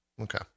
Okay